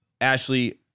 Ashley